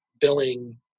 billing